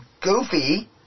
goofy